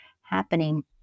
happening